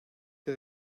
que